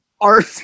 art